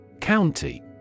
County